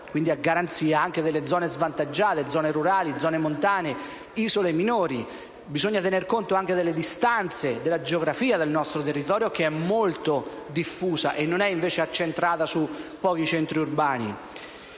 a garanzia delle zone svantaggiate, rurali, montane e delle isole minori. Bisogna tener conto delle distanze, della geografia del nostro territorio, che è molto diffuso e non accentrato su pochi centri urbani.